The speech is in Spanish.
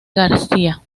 garcía